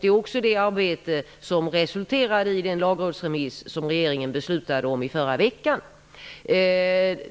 Det var också det arbetet som resulterade i den lagrådsremiss som regeringen beslutade om i förra veckan.